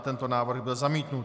Tento návrh byl zamítnut.